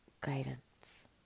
guidance